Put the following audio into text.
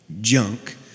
junk